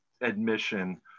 admission